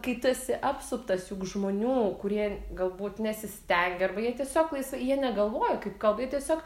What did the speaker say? kai tu esi apsuptas juk žmonių kurie galbūt nesistengia arba jie tiesiog laisvai jie negalvoja kaip kalba jie tiesiog